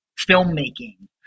filmmaking